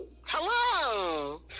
Hello